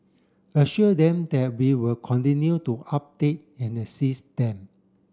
assure them that we will continue to update and assist them